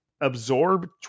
absorb